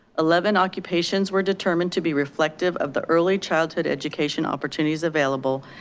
eleven occupations were determined to be reflective of the early childhood education opportunities available,